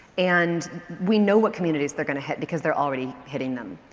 and we know what communities they're going to hit because they're already hitting them.